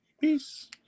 Peace